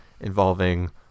involving